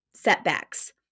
setbacks